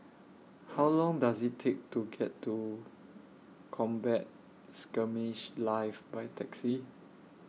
How Long Does IT Take to get to Combat Skirmish Live By Taxi